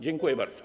Dziękuję bardzo.